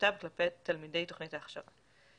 ובהתחייבויותיו כלפי תלמידי תוכנית ההכשרה.